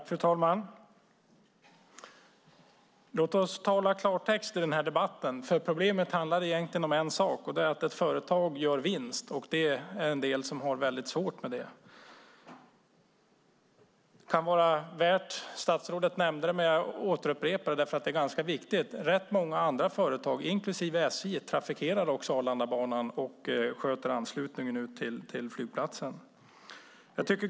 Fru talman! Låt oss tala klarspråk i den här debatten. Problemet handlar egentligen om en sak, om att ett företag gör vinst. En del har väldigt svårt med det. Statsrådet nämnde - det kan vara värt att upprepa det eftersom det är ganska viktigt - att rätt många andra företag, inklusive SJ, trafikerar Arlandabanan och sköter anslutningen ut till flygplatsen.